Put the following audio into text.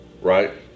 right